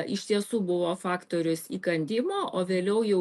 iš tiesų buvo faktorius įkandimo o vėliau jau